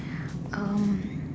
um